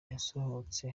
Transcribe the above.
yasohotse